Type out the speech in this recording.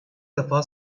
defa